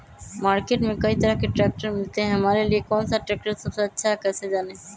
Market में कई तरह के ट्रैक्टर मिलते हैं हमारे लिए कौन सा ट्रैक्टर सबसे अच्छा है कैसे जाने?